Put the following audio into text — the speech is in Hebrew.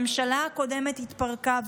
הממשלה הקודמת התפרקה,